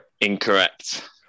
Incorrect